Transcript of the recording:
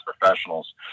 professionals